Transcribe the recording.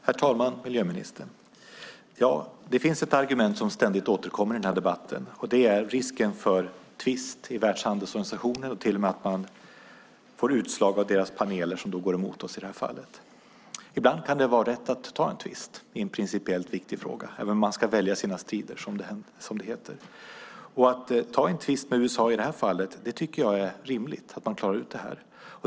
Herr talman! Tack, miljöministern! Det finns ett argument som ständigt återkommer i den här debatten, och det är risken för tvist i Världshandelsorganisationen och till och med att man får utslag av deras paneler som går emot oss i det här fallet. Men ibland kan det vara rätt att ta en tvist i en principiellt viktig fråga, även om man, som det heter, ska välja sina strider. Att ta en tvist med USA i det här fallet tycker jag är rimligt så att man klarar ut det här.